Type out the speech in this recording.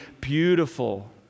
beautiful